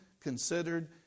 considered